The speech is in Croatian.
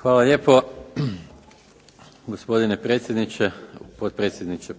Hvala lijepo gospodine potpredsjedniče,